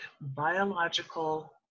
biological